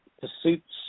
pursuits